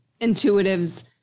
intuitives